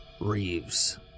Reeves